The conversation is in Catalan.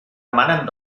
emanen